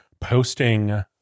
posting